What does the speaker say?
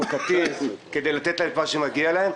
חוקתית כדי לתת להם את מה שמגיע להם.